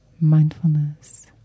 mindfulness